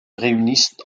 réunissent